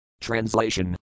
Translation